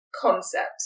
concept